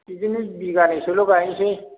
बिदिनो बिघानैसोल' गायनोसै